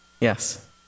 yes